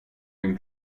din